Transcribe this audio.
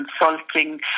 consulting